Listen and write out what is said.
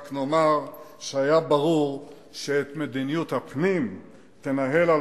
רק נאמר שהיה ברור שאת מדיניות הפנים תנהל על